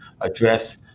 address